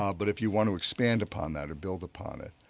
um but if you want to expand upon that or build upon it,